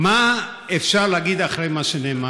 מה אפשר להגיד אחרי מה שנאמר?